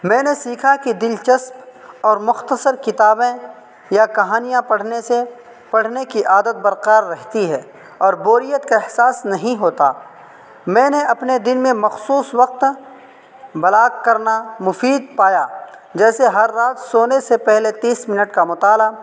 میں نے سیکھا کہ دلچسپ اور مختصر کتابیں یا کہانیاں پڑھنے سے پڑھنے کی عادت برقرار رہتی ہے اور بوریت کا احساس نہیں ہوتا میں نے اپنے دن میں مخصوص وقت بلاک کرنا مفید پایا جیسے ہر رات سونے سے پہلے تیس منٹ کا مطالعہ